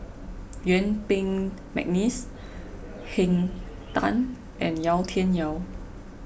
Yuen Peng McNeice Henn Tan and Yau Tian Yau